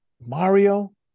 Mario